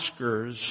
Oscars